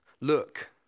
Look